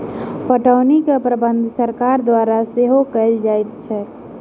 पटौनीक प्रबंध सरकार द्वारा सेहो कयल जाइत अछि